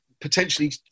potentially